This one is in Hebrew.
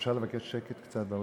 אפשר לבקש קצת שקט באולם?